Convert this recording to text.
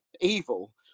evil